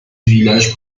village